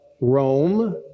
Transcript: Rome